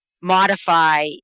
modify